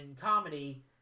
comedy